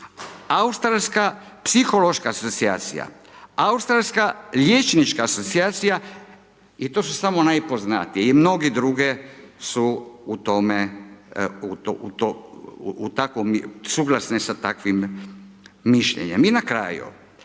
Australska psihološka asocijacija, Australska liječnička asocijacija i to su samo najpoznatije i mnoge druge su u tome, suglasne sa takvim mišljenjem. I na kraju,